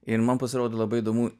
ir man pasirodė labai įdomu